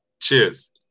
Cheers